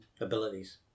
abilities